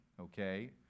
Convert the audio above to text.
okay